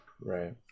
Right